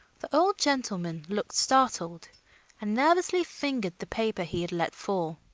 the old gentleman looked startled and nervously fingered the paper he had let fall.